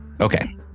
Okay